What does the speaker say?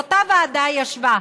ואותה ועדה ישבה.